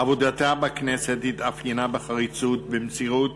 עבודתה בכנסת התאפיינה בחריצות, במסירות